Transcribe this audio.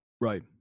Right